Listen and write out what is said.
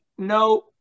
No